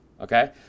Okay